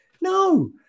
no